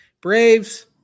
Braves